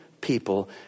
people